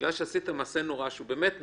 בגלל שעשית מעשה נורא, שהוא באמת נורא,